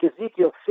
Ezekiel